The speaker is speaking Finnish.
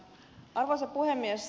arvoisa puhemies